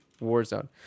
Warzone